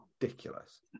ridiculous